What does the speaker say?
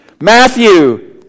Matthew